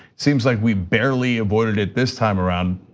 seems like we barely avoided it this time around,